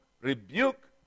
rebuke